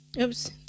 oops